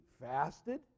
fasted